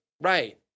Right